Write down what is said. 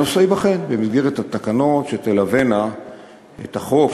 הנושא ייבחן במסגרת התקנות שתלווינה את החוק,